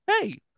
Hey